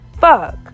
Fuck